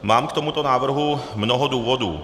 Mám k tomuto návrhu mnoho důvodů.